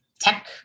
tech